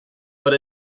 but